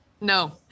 No